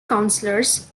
councilors